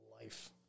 life